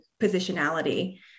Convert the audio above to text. positionality